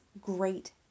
great